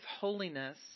holiness